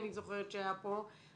אני זוכרת שהיה פה ואמר,